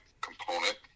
component